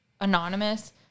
anonymous